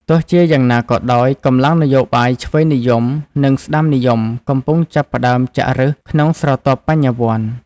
ទោះជាយ៉ាងណាក៏ដោយ កម្លាំងនយោបាយឆ្វេងនិយម និងស្តាំនិយមកំពុងចាប់ផ្តើមចាក់ឫសក្នុងស្រទាប់បញ្ញវន្ត។